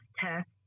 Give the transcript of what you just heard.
test